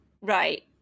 right